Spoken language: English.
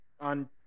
on